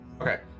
Okay